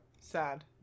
Sad